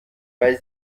weil